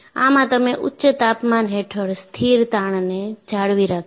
આમાં તમે ઉચ્ચ તાપમાન હેઠળ સ્થિર તાણને જાળવી રાખ્યું છે